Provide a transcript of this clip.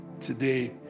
Today